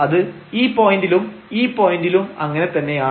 അത് ഈ പോയന്റിലും ഈ പോയന്റിലും അങ്ങനെ തന്നെയാണ്